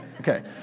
Okay